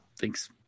Thanks